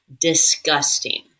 Disgusting